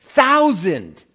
thousand